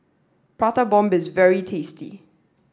Prata Bomb is very tasty